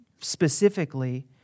specifically